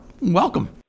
welcome